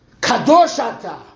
Kadoshata